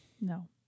No